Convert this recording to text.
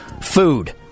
food